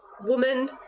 woman